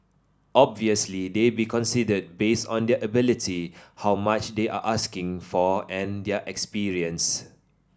obviously they'll be considered based on their ability how much they are asking for and their experience